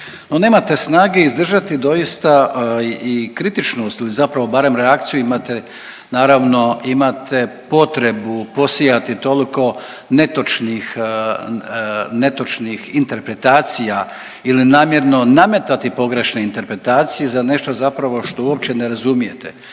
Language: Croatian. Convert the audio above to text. nemate snage izdržati doista i kritičnost ili zapravo barem reakciju imate naravno imate potrebu posijati toliko netočnih, netočnih interpretacija ili namjerno nametati pogrešne interpretacije za nešto zapravo što uopće ne razumijete.